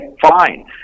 fine